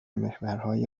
محورهای